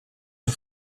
een